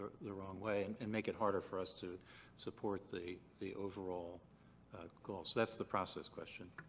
the wrong way and and make it harder for us to support the the overall goal? so that's the process question.